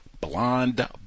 blonde